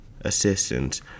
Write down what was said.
assistance